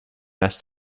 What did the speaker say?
mass